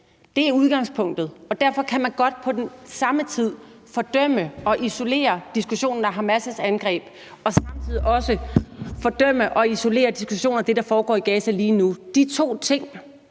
Det er udgangspunktet, og derfor kan man godt på den samme tid fordømme og isolere diskussionen af Hamas' angreb og samtidig også fordømme og isolere diskussionen af det, der foregår i Gaza lige nu. De to ting